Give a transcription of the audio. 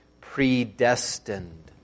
predestined